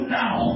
now